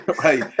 hey